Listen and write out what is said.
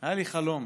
היה לי חלום.